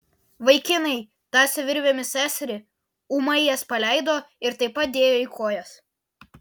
vaikinai tąsę virvėmis seserį ūmai jas paleido ir taip pat dėjo į kojas